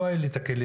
לא היו לי את הכלים,